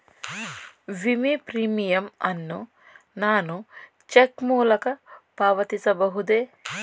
ವಿಮೆ ಪ್ರೀಮಿಯಂ ಅನ್ನು ನಾನು ಚೆಕ್ ಮೂಲಕ ಪಾವತಿಸಬಹುದೇ?